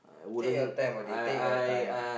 take your time buddy take your time